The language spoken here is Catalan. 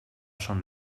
son